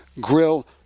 grill